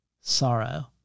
sorrow